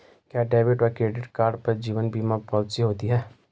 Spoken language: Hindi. क्या डेबिट या क्रेडिट कार्ड पर जीवन बीमा पॉलिसी होती है?